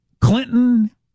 Clinton